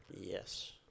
Yes